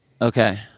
Okay